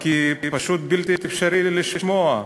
כי פשוט בלתי אפשרי לשמוע,